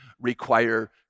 require